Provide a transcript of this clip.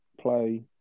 play